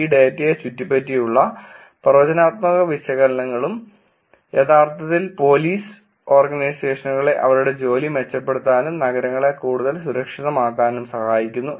ഈ ഡാറ്റയെ ചുറ്റിപ്പറ്റിയുള്ള പ്രവചനാത്മക വിശകലനങ്ങളും യഥാർത്ഥത്തിൽ പോലീസ് ഓർഗനൈസേഷനുകളെ അവരുടെ ജോലി മെച്ചപ്പെടുത്താനും നഗരങ്ങളെ കൂടുതൽ സുരക്ഷിതമാക്കാനും സഹായിക്കുന്നു